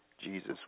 Jesus